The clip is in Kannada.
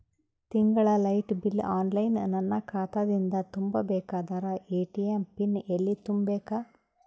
ತಿಂಗಳ ಲೈಟ ಬಿಲ್ ಆನ್ಲೈನ್ ನನ್ನ ಖಾತಾ ದಿಂದ ತುಂಬಾ ಬೇಕಾದರ ಎ.ಟಿ.ಎಂ ಪಿನ್ ಎಲ್ಲಿ ತುಂಬೇಕ?